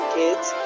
kids